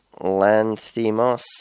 Lanthimos